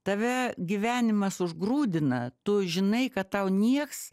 tave gyvenimas užgrūdina tu žinai kad tau nieks